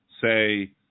say